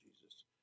Jesus